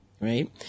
right